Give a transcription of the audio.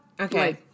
okay